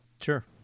Sure